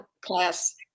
class